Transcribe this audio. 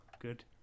Good